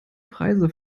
preise